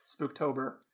Spooktober